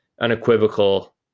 unequivocal